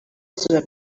stood